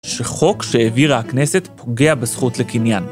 שחוק שהעבירה הכנסת פוגע בזכות לקניין.